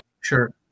sure